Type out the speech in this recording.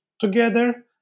together